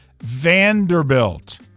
Vanderbilt